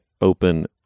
open